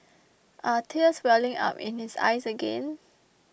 are tears welling up in his eyes again